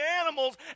animals